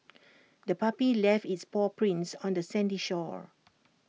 the puppy left its paw prints on the sandy shore